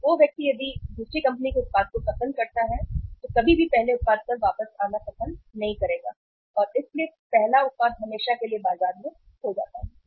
तो वह व्यक्ति यदि दूसरी कंपनी के उत्पाद को पसंद करता है तो वह कभी भी पहले उत्पाद पर वापस आना पसंद नहीं कर सकता है इसलिए पहला उत्पाद हमेशा के लिए बाजार में खो जाता है